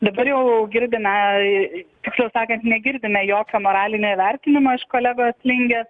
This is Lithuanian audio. dabar jau girdime tiksliau sakant negirdime jokio moralinio vertinimo iš kolegos lingės